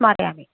स्मारयामि